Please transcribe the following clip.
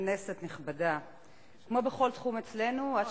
כנסת נכבדה, אין